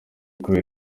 kubera